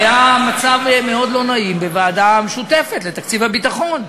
היה מצב מאוד לא נעים בוועדה המשותפת לתקציב הביטחון,